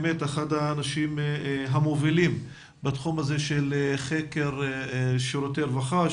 אחד האנשים המובילים בתחום הזה של חקר שירותי רווחה,